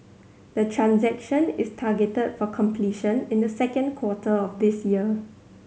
the transaction is targeted for completion in the second quarter of this year